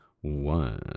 one